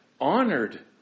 honored